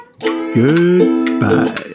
Goodbye